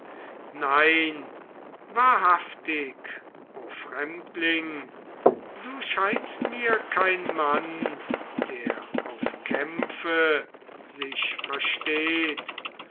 nein wahrhaftig o fremdling du scheinst mir kein mann der auf kämpfe sich versteht